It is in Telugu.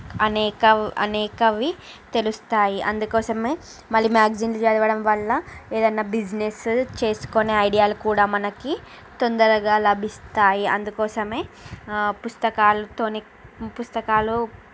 అనేక అనేకవి తెలుస్తాయి అందుకోసమే మళ్ళీ మ్యాగ్జీన్లు చదవడం వల్ల ఏదైనా బిజినెస్సు చేసుకునే ఐడియాలు కూడా మనకి తొందరగా లభిస్తాయి అందుకోసమే పుస్తకాలతోని పుస్తకాలు